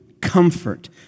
comfort